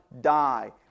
die